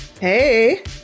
Hey